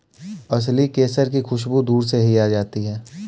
असली केसर की खुशबू दूर से ही आ जाती है